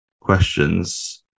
questions